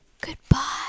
Goodbye